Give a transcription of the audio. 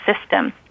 system